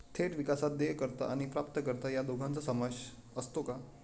थेट विकासात देयकर्ता आणि प्राप्तकर्ता या दोघांचा समावेश असतो का?